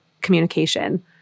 communication